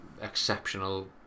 exceptional